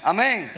Amen